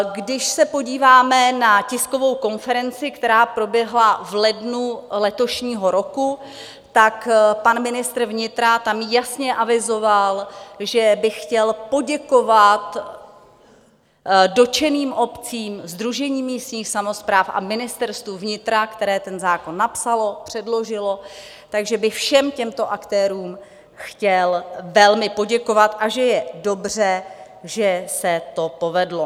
Když se podíváme na tiskovou konferenci, která proběhla v lednu letošního roku, tak pan ministr vnitra tam jasně avizoval, že by chtěl poděkovat dotčeným obcím, Sdružení místních samospráv a Ministerstvu vnitra, které ten zákon napsalo, předložilo, že by všem těmto aktérům chtěl velmi poděkovat a že je dobře, že se to povedlo.